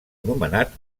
nomenat